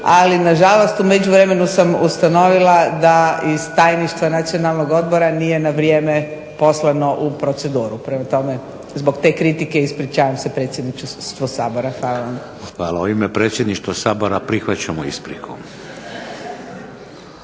ali na žalost u međuvremenu sam ustanovila da iz tajništva Nacionalnog odbora nije na vrijeme poslano u proceduru. Prema tome, zbog te kritike ispričavam se predsjedništvu Sabora. Hvala vam. **Šeks, Vladimir (HDZ)** Pa u ime predsjedništva Sabora prihvaćamo ispriku.